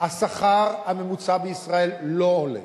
השכר הממוצע בישראל לא עולה.